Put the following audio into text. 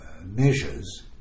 measures